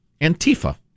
Antifa